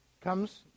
comes